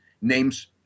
names